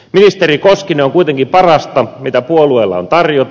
ministeri koskinen on kuitenkin parasta mitä puolueella on tarjota